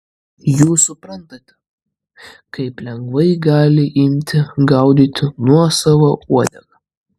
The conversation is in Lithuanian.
jūs suprantate kaip lengvai gali imti gaudyti nuosavą uodegą